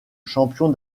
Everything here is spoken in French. champions